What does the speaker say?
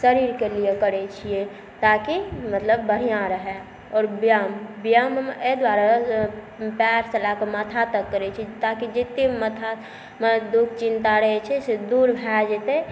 शरीरके लिए करै छिए ताकि मतलब बढ़िआँ रहै आओर व्यायाम व्यायाममे अहि दुआरे पैरसँ लऽ कऽ माथा तक करै छी ताकि जते माथामे दुख चिन्ता रहै छै से दूर भऽ जेतै